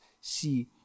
see